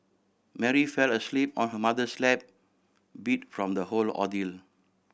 Mary fell asleep on her mother's lap beat from the whole ordeal